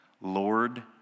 Lord